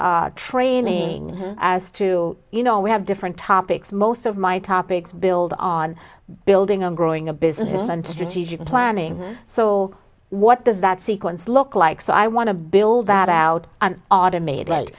training as to you know we have different topics most of my topics build on building and growing a business and strategic planning so what does that sequence look like so i want to build that out and automate